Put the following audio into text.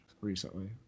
recently